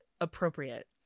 appropriate